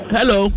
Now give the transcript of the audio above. Hello